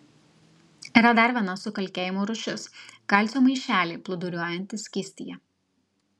yra dar viena sukalkėjimo rūšis kalcio maišeliai plūduriuojantys skystyje